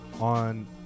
on